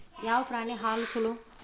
ಯಾವ ಪ್ರಾಣಿ ಹಾಲು ಛಲೋ?